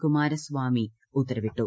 കുമാരസ്വാമി ഉത്തരവിട്ടു